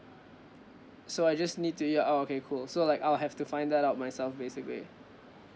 so I just need to ya oh okay cool so like I'll have to find that out myself basically